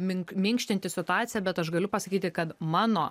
mink minkštinti situaciją bet aš galiu pasakyti kad mano